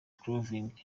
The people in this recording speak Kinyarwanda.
clothing